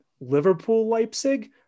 Liverpool-Leipzig